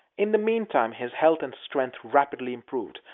in the mean time his health and strength rapidly improved,